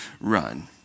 run